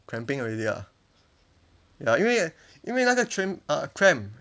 cramping already ah ya 因为因为那个 train err cramp